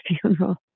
funeral